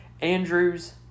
Andrews